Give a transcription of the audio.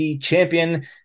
champion